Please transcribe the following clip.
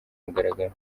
mugaragaro